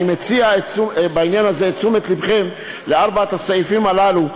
אני מציע בעניין הזה לשים לבכם לארבעת הסעיפים הללו.